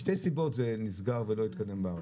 משתי סיבות זה נסגר ולא התקדם בארץ.